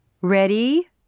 Ready